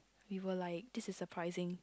we were like this is surprising